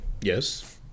Yes